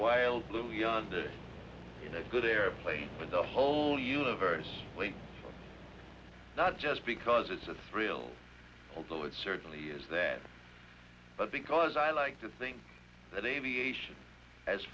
wild blue yonder good airplane for the whole universe not just because it's a thrill although it certainly is that but because i like to think that aviation as